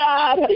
God